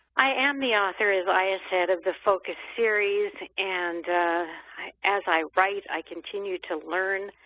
i am the author, as aya said, of the focus series, and as i write, i continue to learn.